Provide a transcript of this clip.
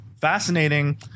fascinating